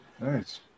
Nice